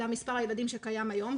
למספר הילדים שקיים היום.